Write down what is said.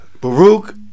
Baruch